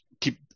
keep –